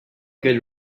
good